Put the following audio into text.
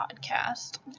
Podcast